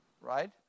Right